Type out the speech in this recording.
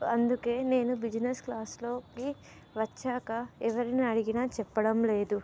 అందుకే నేను క్లాస్లోకి వచ్చాక ఎవరిని అడిగినా చెప్పడం లేదు